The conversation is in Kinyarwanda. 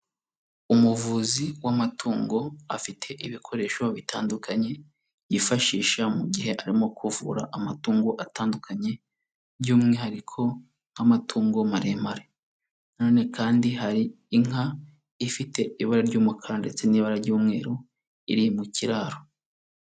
Umuvuzi w'amatungo afite ibikoresho bitandukanye yifashisha mu gihe arimo kuvura amatungo atandukanye, by'umwihariko nk'amatungo maremare na none kandi hari inka ifite ibara ry'umukara ndetse n'ibara ry'umweru iri mu kiraro.